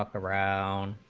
ah around